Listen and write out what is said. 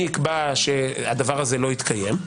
מי יקבע שזה לא יתקיים?